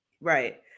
Right